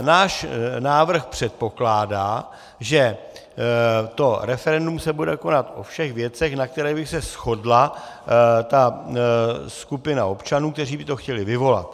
Náš návrh předpokládá, že referendum se bude konat o všech věcech, na kterých by se shodla ta skupina občanů, kteří by to chtěli vyvolat.